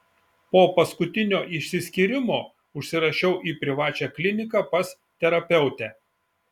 po paskutinio išsiskyrimo užsirašiau į privačią kliniką pas terapeutę